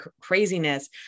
craziness